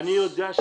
לא הבנתי מה זה